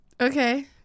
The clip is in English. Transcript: Okay